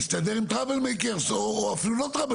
להסתדר על עושי צרות, או אפילו לא עושי צרות.